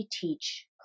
teach